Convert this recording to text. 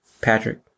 Patrick